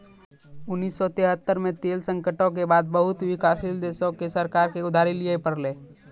उन्नीस सौ तेहत्तर मे तेल संकटो के बाद बहुते विकासशील देशो के सरकारो के उधारी लिये पड़लै